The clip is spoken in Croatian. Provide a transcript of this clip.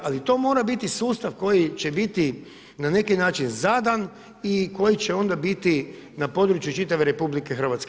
Ali to mora biti sustav koji će biti na neki način zadan i koji će onda biti na području čitave RH.